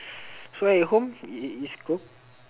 so at home it it is cook